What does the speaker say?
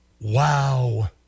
Wow